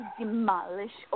demolish